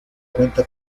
cuenta